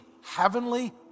heavenly